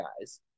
guys